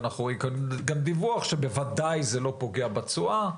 ואנחנו מקבלים גם דיווח שבוודאי זה לא פוגע בתשואה.